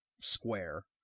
square